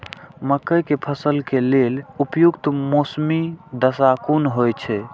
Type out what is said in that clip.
मके के फसल के लेल उपयुक्त मौसमी दशा कुन होए छै?